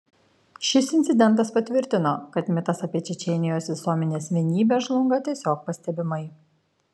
šis incidentas patvirtino kad mitas apie čečėnijos visuomenės vienybę žlunga tiesiog pastebimai